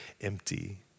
empty